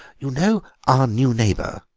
you know our new neighbour,